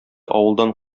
авылдан